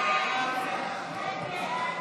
סעיף 6,